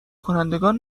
کنندگان